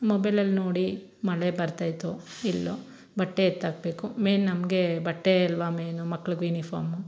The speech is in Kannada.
ಮೊಬೈಲಲ್ಲಿ ನೋಡಿ ಮಳೆ ಬರ್ತಾಯ್ತೊ ಇಲ್ಲೋ ಬಟ್ಟೆ ಎತ್ತಾಕ್ಬೇಕು ಮೇನ್ ನಮಗೆ ಬಟ್ಟೆ ಅಲ್ವಾ ಮೇನು ಮಕ್ಳದು ಯುನಿಫಾಮು